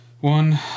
One